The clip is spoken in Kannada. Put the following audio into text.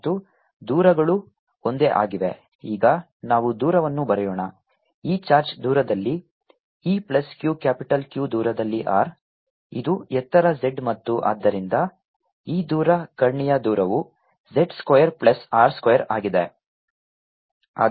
ಮತ್ತು ದೂರಗಳು ಒಂದೇ ಆಗಿವೆ ಈಗ ನಾವು ದೂರವನ್ನು ಬರೆಯೋಣ ಈ ಚಾರ್ಜ್ ದೂರದಲ್ಲಿ ಈ ಪ್ಲಸ್ Q ಕ್ಯಾಪಿಟಲ್ Q ದೂರದಲ್ಲಿ R ಇದು ಎತ್ತರ z ಮತ್ತು ಆದ್ದರಿಂದ ಈ ದೂರ ಕರ್ಣೀಯ ದೂರವು z square plus R square ಆಗಿದೆ